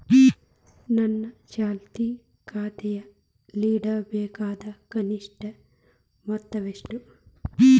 ನನ್ನ ಚಾಲ್ತಿ ಖಾತೆಯಲ್ಲಿಡಬೇಕಾದ ಕನಿಷ್ಟ ಮೊತ್ತ ಎಷ್ಟು?